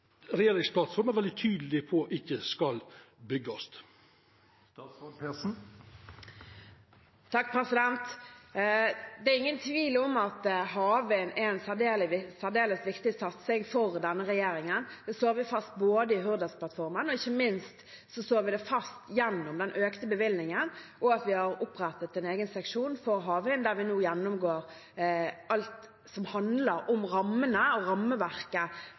regjeringsplattforma er veldig tydeleg på ikkje skal byggjast. Det er ingen tvil om at havvind er en særdeles viktig satsing for denne regjeringen. Det slår vi fast både i Hurdalsplattformen og – ikke minst – gjennom den økte bevilgningen og at vi har opprettet en egen seksjon for havvind, der vi nå gjennomgår alt som handler om rammene og rammeverket